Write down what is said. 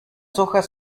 hojas